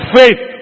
faith